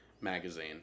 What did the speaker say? magazine